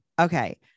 Okay